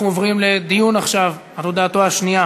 אנחנו עוברים לדיון, עכשיו, על הודעתו השנייה